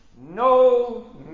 no